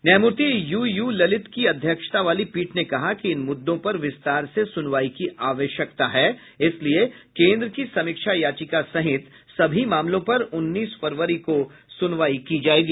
न्यायमूर्ति यूयू ललित की अध्यक्षता वाली पीठ ने कहा कि इन मुद्दों पर विस्तार से सुनवाई की आवश्यकता है इसलिए केन्द्र की समीक्षा याचिका सहित सभी मामलों पर उन्नीस फरवरी को सुनवाई की जाएगी